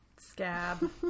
scab